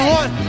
one